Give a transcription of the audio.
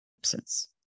absence